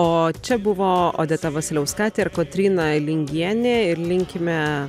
o čia buvo odeta vasiliauskaitė ir kotryna lingienė ir linkime